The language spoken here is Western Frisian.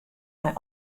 nei